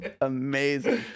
amazing